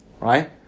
right